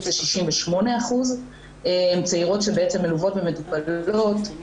זה 68%. צעירות שבעצם מלוות ומטופלות.